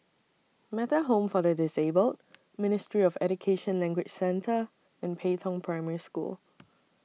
Metta Home For The Disabled Ministry of Education Language Centre and Pei Tong Primary School